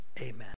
Amen